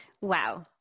Wow